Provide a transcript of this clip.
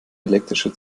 elektrische